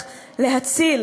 תודה.